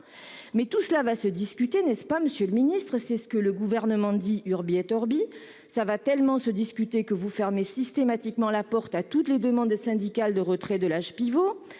Mais tout cela va se discuter, n'est-ce pas, monsieur le secrétaire d'État ? C'est ce que le Gouvernement clame Ça va tellement se discuter que vous fermez systématiquement la porte à toutes les demandes syndicales de retrait de l'âge pivot